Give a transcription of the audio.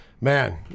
man